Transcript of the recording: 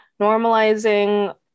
normalizing